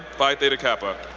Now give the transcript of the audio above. phi theta kappa.